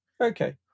okay